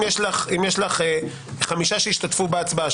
אם יש לך חמישה שהשתתפו בהצבעה,